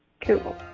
Cool